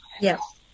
Yes